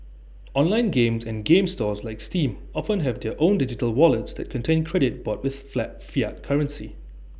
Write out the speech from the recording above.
online games and game stores like steam often have their own digital wallets that contain credit bought with flat fiat currency